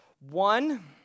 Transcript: One